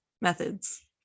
methods